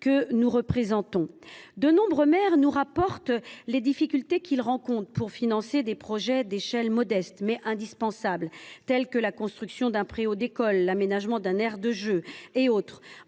que nous représentons. De fait, nombre de maires nous rapportent les difficultés qu’ils rencontrent pour financer des projets modestes, mais indispensables, tels que la construction d’un préau d’école ou l’aménagement d’une aire de jeu. En effet,